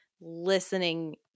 listening